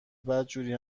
بدجوری